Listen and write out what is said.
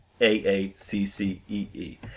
A-A-C-C-E-E